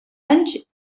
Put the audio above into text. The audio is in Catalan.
anys